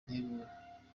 ntegura